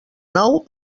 nou